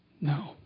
No